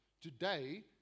Today